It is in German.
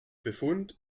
befund